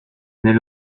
mais